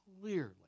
Clearly